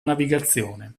navigazione